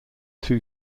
two